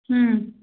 ಹ್ಞೂ